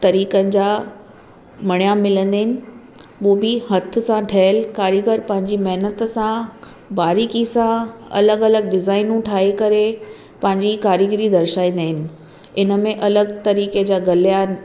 तरीक़नि जा मणिआ मिलंदा आहिनि हू बि हथ सां ठहियल कारीगर पंहिंजी महिनत सां बारीकीअ सां अलॻि अलॻि डिजाइनूं ठाहे करे पंहिंजी कारीगरी दर्शाईंदा आहिनि हिन में अलॻि तरीक़े जा गले या